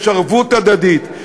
יש ערבות הדדית,